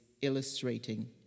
illustrating